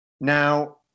Now